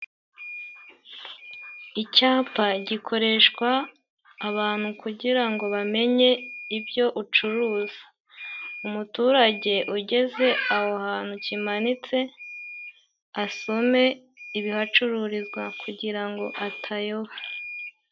Icyapa gikoreshwa n'abantu kugira ngo bamenye ibyo ucuruza. Umuturage ugeze aho hantu kimanitse asome ibihacururizwa kugira ngo atayoba.